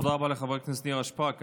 תודה רבה לחברת הכנסת נירה שפק.